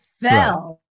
fell